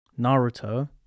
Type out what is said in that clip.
naruto